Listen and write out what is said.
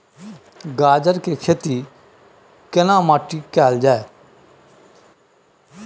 गाजर के खेती केना माटी में कैल जाए?